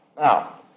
Now